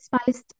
spiced